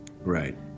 Right